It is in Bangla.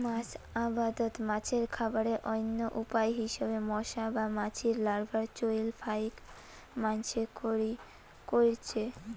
মাছ আবাদত মাছের খাবারের অইন্য উপায় হিসাবে মশা বা মাছির লার্ভার চইল ফাইক মাইনষে কইরচে